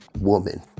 woman